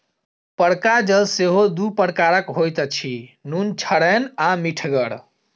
उपरका जल सेहो दू प्रकारक होइत अछि, नुनछड़ैन आ मीठगर